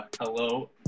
Hello